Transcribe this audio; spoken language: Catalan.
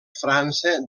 frança